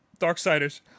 Darksiders